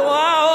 את טועה.